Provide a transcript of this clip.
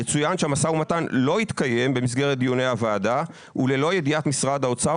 יצוין שהמשא ומתן לא התקיים במסגרת דיוני הוועדה וללא ידיעת משרד האוצר,